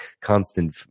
constant